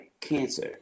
cancer